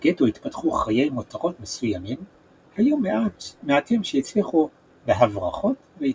בגטו התפתחו חיי מותרות מסוימים; היו מעטים שהצליחו בהברחות והתעשרו.